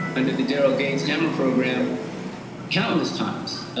under the daryl gates hammer program countless times.